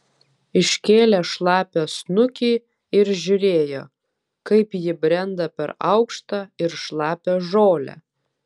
iškėlė šlapią snukį ir žiūrėjo kaip ji brenda per aukštą ir šlapią žolę